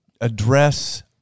address